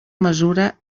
mesura